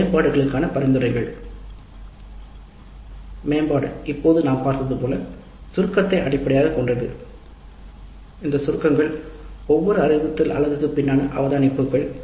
மேம்பாடுகளுக்கான பரிந்துரைகள் மேம்பாடு இப்போது நாம் பார்த்தது போல் சுருக்கம் அவதானிப்புகளை அடிப்படையாகக் கொண்டது அவை ஒவ்வொன்றும் அவதானிப்புகளை அடிப்படையாகக் கொண்டவை ஆகும்